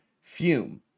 Fume